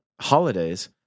Holidays